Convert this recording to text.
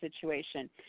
situation